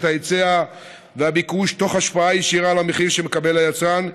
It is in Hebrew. ההיצע והביקוש תוך השפעה ישירה על המחיר שמקבל היצרן,